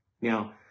Now